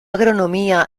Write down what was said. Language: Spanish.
agronomía